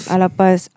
Alapas